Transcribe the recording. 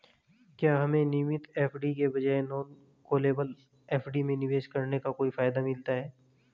क्या हमें नियमित एफ.डी के बजाय नॉन कॉलेबल एफ.डी में निवेश करने का कोई फायदा मिलता है?